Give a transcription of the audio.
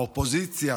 האופוזיציה,